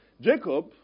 Jacob